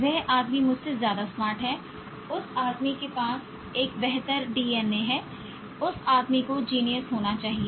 वह आदमी मुझसे ज्यादा स्मार्ट है उस आदमी के पास एक बेहतर डीएनए है उस आदमी को जीनियस होना चाहिए